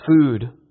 food